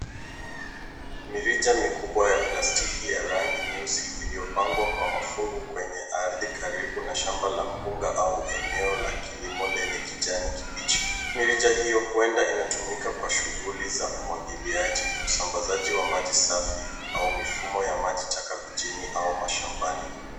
Mirija mikubwa ya plastiki ya rangi nyeusi iliyopangwa kwa mafungu kwenye ardhi karibu na shamba la mboga au eneo la kilimo lenye kijani kibichi. Mirija hio huenda inatumika kwa shughuli za umwagiliaji, usambazaji wa maji safi au mifumo ya maji taka mijini au mashambani.